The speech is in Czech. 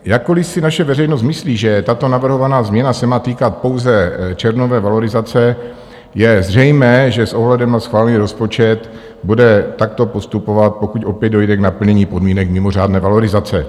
Jakkoliv si naše veřejnost myslí, že tato navrhovaná změna se má týkat pouze červnové valorizace, je zřejmé, že s ohledem na schválený rozpočet bude takto postupovat, pokud opět dojde k naplnění podmínek mimořádné valorizace.